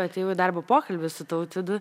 atėjau į darbo pokalbį su tautvydu